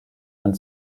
and